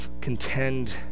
contend